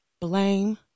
blame